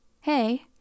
hey